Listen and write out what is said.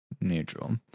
Neutral